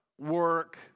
work